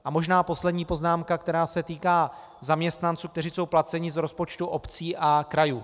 A možná poslední poznámka, která se týká zaměstnanců, kteří jsou placeni z rozpočtu obcí a krajů.